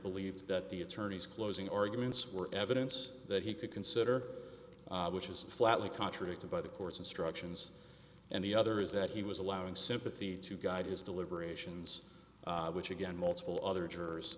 believes that the attorneys closing arguments were evidence that he could consider which is flatly contradicted by the court's instructions and the other is that he was allowing sympathy to guide his deliberations which again multiple other jurors